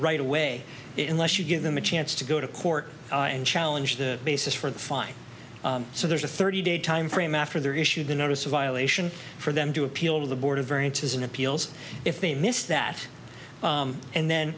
right away in less you give them a chance to go to court and challenge the basis for the fine so there's a thirty day timeframe after their issued a notice a violation for them to appeal to the board of variances in appeals if they miss that and then